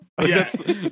Yes